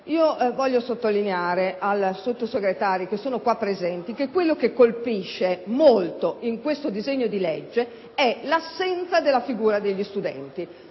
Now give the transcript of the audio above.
altresì sottolineare ai Sottosegretari che sono qui presenti che quello che colpisce molto in questo disegno di legge è l'assenza della figura degli studenti.